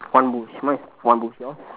one bush mine is one bush yours